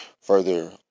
further